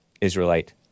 Israelite